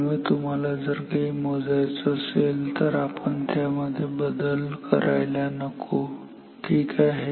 त्यामुळे जर तुम्हाला काही मोजायचं असेल तर आपण त्यामध्ये बदल करायला नको ठीक आहे